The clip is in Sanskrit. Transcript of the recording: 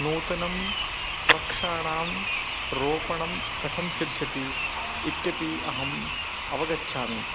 नूतनं वृक्षाणां रोपणं कथं सिद्ध्यति इत्यपि अहम् अवगच्छामि